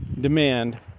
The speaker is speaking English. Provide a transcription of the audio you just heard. demand